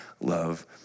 love